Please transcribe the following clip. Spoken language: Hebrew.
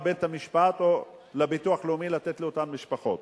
בית-המשפט או הביטוח הלאומי לתת לאותן משפחות?